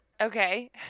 Okay